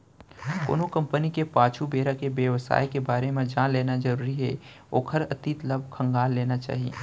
कोनो कंपनी के पाछू बेरा के बेवसाय के बारे म जान लेना जरुरी हे ओखर अतीत ल खंगाल लेना चाही